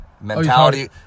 Mentality